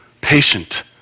patient